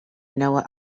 noah